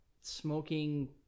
smoking